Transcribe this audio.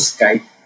Skype